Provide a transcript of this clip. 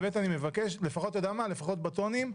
וב"ית לפחות בטונים,